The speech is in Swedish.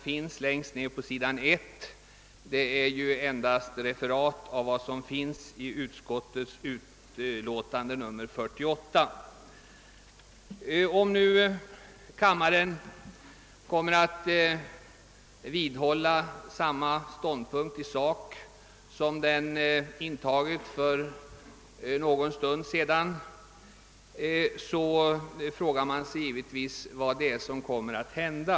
Utskottet har endast givit ett referat av vad utskottet anfört i sitt utlåtande nr 48. Om kammaren nu i sak intar samma ståndpunkt som den gjorde för ett par timmar sedan, frågar man sig givetvis vad som kommer att hända.